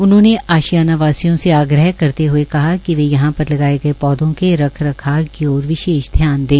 उन्होंने आशियाना वासियों से आग्रह करते हुए कहा कि वे यहां पर लगाए गए पौधों के रखरखाव की ओर विशेष ध्यान दें